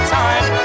time